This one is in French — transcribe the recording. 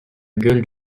gueule